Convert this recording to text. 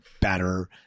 better